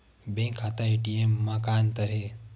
Bank खाता ATM मा का अंतर हे?